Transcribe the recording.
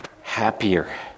happier